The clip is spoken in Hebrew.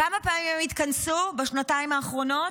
כמה פעמים הם התכנסו בשנתיים האחרונות?